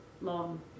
long